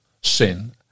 sin